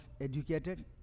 educated